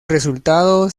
resultado